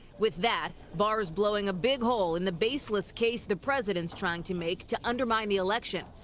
with that barr is blowing a big hole in the baseless case the president's trying to make to undermine the election.